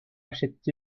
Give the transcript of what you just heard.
achète